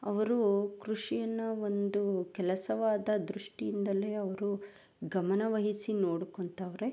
ಅವರು ಕೃಷಿಯನ್ನು ಒಂದು ಕೆಲಸವಾದ ದೃಷ್ಟಿಯಿಂದಲೇ ಅವರು ಗಮನವಹಿಸಿ ನೋಡ್ಕೊಳ್ತವ್ರೆ